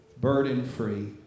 burden-free